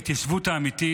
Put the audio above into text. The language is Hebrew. ההתיישבות האמיתית,